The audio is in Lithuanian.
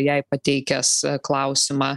jai pateikęs klausimą